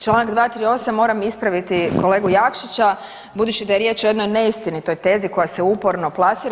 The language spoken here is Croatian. Članak 238., moram ispraviti kolegu Jakšića budući da je riječ o jednoj neistinitoj tezi koja se uporno plasira.